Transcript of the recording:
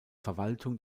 verwaltung